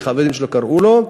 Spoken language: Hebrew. כי חברים שלו קראו לו,